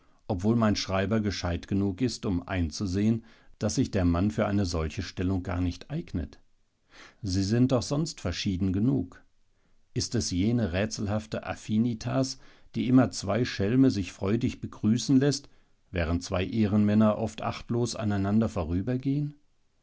obwohl mein schreiber gescheit genug ist um einzusehen daß sich der mann für eine solche stelle gar nicht eignet sie sind doch sonst verschieden genug ist es jene rätselhafte affinitas die immer zwei schelme sich freudig begrüßen läßt während zwei ehrenmänner oft achtlos an